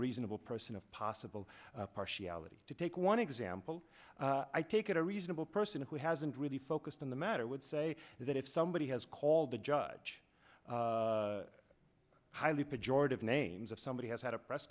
reasonable person of possible partiality to take one example i take it a reasonable person who hasn't really focused on the matter would say that if somebody has called the judge highly projected of names of somebody has had a press